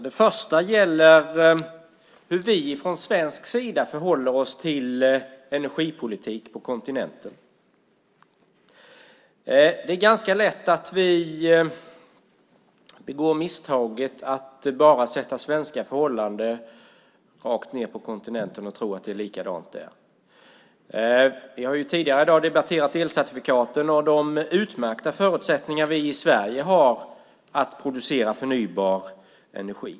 Det första gäller hur vi från svensk sida förhåller oss till energipolitik på kontinenten. Det är ganska lätt att vi begår misstaget att bara överföra svenska förhållanden till kontinenten och tro att det är likadant där. Vi har tidigare i dag diskuterat elcertifikaten och de utmärkta förutsättningar vi i Sverige har att producera förnybar energi.